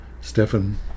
Stefan